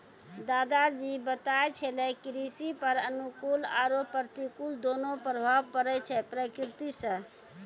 दादा जी बताय छेलै कृषि पर अनुकूल आरो प्रतिकूल दोनों प्रभाव पड़ै छै प्रकृति सॅ